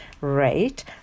rate